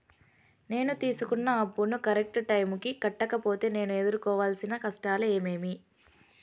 నేను తీసుకున్న అప్పును కరెక్టు టైముకి కట్టకపోతే నేను ఎదురుకోవాల్సిన కష్టాలు ఏమీమి?